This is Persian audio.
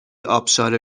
آبشار